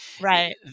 right